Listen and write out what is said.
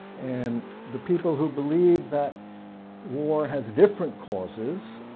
and the people who believe that war has different causes